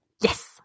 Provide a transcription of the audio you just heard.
Yes